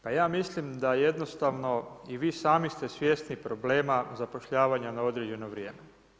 Pa ja mislim da jednostavno i vi sami ste svjesni problema zapošljavanja na određeno vrijeme.